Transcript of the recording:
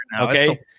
Okay